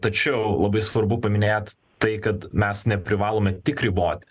tačiau labai svarbu paminėt tai kad mes neprivalome tik riboti